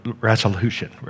resolution